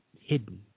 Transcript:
hidden